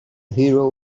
hero